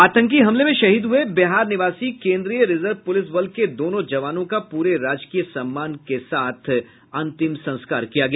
आतंकी हमले में शहीद हये बिहार निवासी केन्द्रीय रिजर्व पुलिस बल के दोनों जवानों का पूरे राजकीय सम्मान के साथ अंतिम संस्कार किया गया